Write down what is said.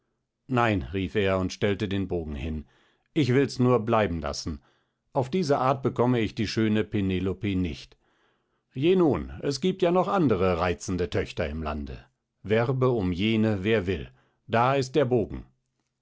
nein rief er und stellte den bogen hin ich will's nur bleiben lassen auf diese art bekomme ich die schöne penelope nicht je nun es giebt ja noch andere reizende töchter im lande werbe um jene wer will da ist der bogen